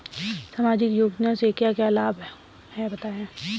सामाजिक योजना से क्या क्या लाभ हैं बताएँ?